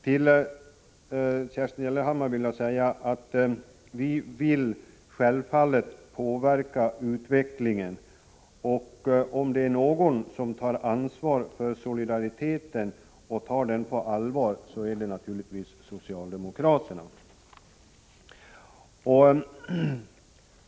Till Kerstin Gellerman vill jag säga att vi självfallet vill påverka utvecklingen, och om det är någon som tar solidariteten på allvar så är det socialdemokraterna.